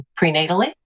prenatally